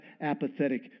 apathetic